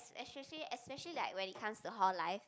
especially especially like when it comes to hall life